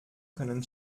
können